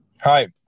Hi